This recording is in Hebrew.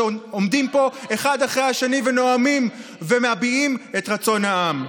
שעומדים פה אחד אחרי השני ונואמים ומביעים את רצון העם.